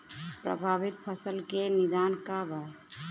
प्रभावित फसल के निदान का बा?